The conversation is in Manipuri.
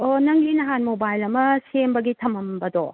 ꯑꯣ ꯅꯪꯒꯤ ꯅꯍꯥꯟ ꯃꯣꯕꯥꯏꯜ ꯑꯃ ꯁꯦꯝꯕꯒꯤ ꯊꯃꯝꯕꯗꯣ